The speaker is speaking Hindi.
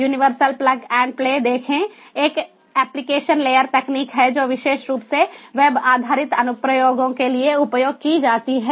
यूनिवर्सल प्लग एंड प्ले देखें एक एप्लिकेशन लेयर तकनीक है जो विशेष रूप से वेब आधारित अनुप्रयोगों के लिए उपयोग की जाती है